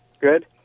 Good